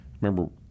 remember